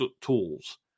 tools